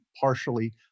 partially